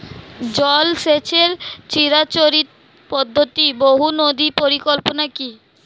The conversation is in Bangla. জল সেচের চিরাচরিত পদ্ধতি বহু নদী পরিকল্পনা কি?